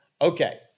Okay